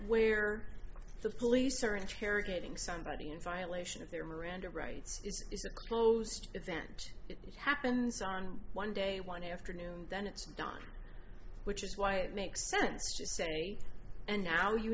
where the police are interrogating somebody in violation of their miranda rights is a closed event it happens on one day one afternoon and then it's done which is why it makes sense to say and now you